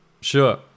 Sure